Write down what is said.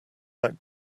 that